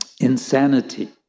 insanity